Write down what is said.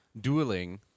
dueling